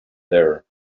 there